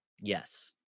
Yes